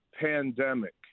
pandemic